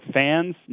fans